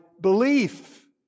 belief